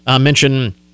mention